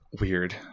Weird